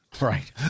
Right